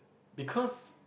because